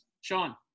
Sean